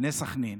בני סח'נין?